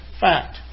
fact